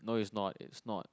no is not is not